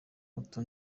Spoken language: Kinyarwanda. utu